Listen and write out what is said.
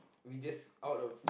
we just out of